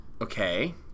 Okay